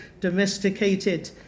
domesticated